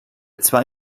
zwei